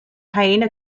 hyena